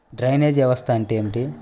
Drainage వ్యవస్థ అంటే ఏమిటి?